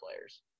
players